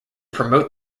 promote